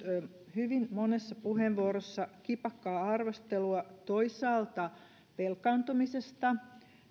hyvin monessa puheenvuorossa kipakkaa arvostelua toisaalta velkaantumisesta